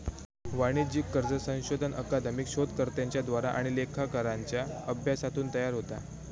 वाणिज्यिक कर्ज संशोधन अकादमिक शोधकर्त्यांच्या द्वारा आणि लेखाकारांच्या अभ्यासातून तयार होता